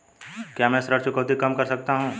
क्या मैं ऋण चुकौती कम कर सकता हूँ?